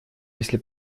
если